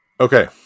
Okay